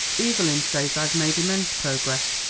evelyn says i've made immense progress,